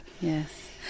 Yes